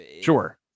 sure